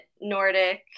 Nordic